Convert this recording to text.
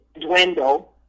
dwindle